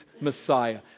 Messiah